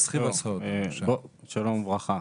שלום וברכה.